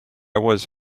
was